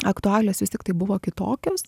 aktualios vis tiktai buvo kitokios